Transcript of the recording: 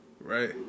right